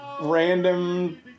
random